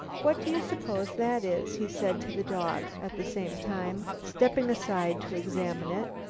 what do you suppose that is? he said to the dog, at the same time stepping aside to examine it.